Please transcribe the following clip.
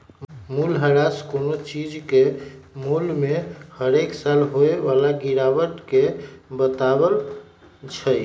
मूल्यह्रास कोनो चीज के मोल में हरेक साल होय बला गिरावट के बतबइ छइ